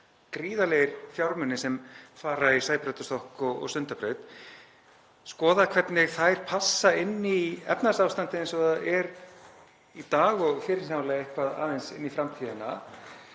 gríðarlegir fjármunir sem fara í Sæbrautarstokk og Sundabraut. Hefur verið skoðað hvernig þær passa inn í efnahagsástandið eins og það er í dag og fyrirsjáanlega eitthvað aðeins inn í framtíðina?